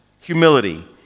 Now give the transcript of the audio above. humility